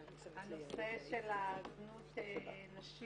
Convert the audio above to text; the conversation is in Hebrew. קודם כל אני אגיד שנושא זנות הנשים,